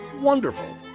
wonderful